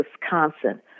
Wisconsin